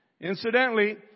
Incidentally